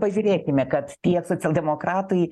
pažiūrėkime kad tiek socialdemokratai